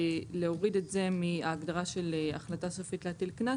להוריד את זה מההגדרה של החלטה סופית להטיל קנס